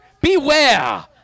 beware